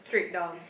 straight down